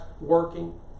working